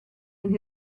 and